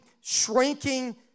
shrinking